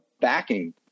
backing